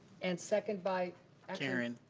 and second by karen.